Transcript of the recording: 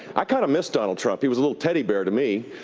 i kind of miss donald trump. he was a little teddy bear to me.